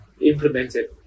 implemented